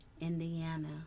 Indiana